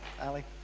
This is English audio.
Ali